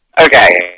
Okay